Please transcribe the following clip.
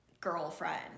girlfriend